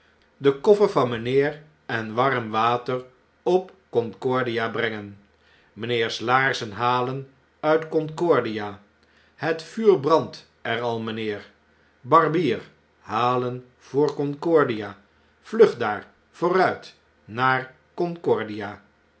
den koffer van mijnheer en warm water op concordia brengen mijnheers laarzen halen uit concordia het vuur brand er al mynheer barbier halen voor concordia vlug daar vooruit naar